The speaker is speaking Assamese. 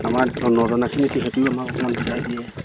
আমাৰ নজনা খিনি তেহেঁতি আমাক অকণমান বুজাই দিয়ে